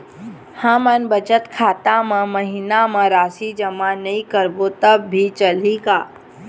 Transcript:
हमन बचत खाता मा महीना मा राशि जमा नई करबो तब भी चलही का?